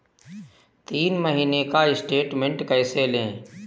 तीन महीने का स्टेटमेंट कैसे लें?